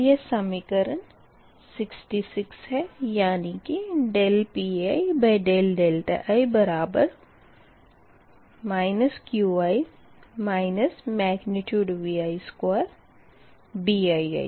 तो यह समीकरण 66 है यानी कि Pii Qi Vi2Bii